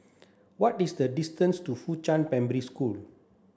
what is the distance to Fuchun Primary School